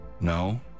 No